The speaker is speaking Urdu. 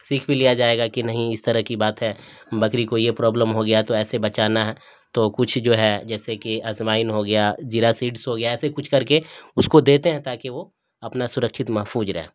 سیکھ بھی لیا جائے گا کہ نہیں اس طرح کی بات ہے بکری کو یہ پرابلم ہو گیا تو ایسے بچانا ہے تو کچھ جو ہے جیسے کہ اجوائن ہو گیا زیرا سیڈس ہو گیا ایسے کچھ کر کے اس کو دیتے ہیں تاکہ وہ اپنا سرکشت محفوظ رہے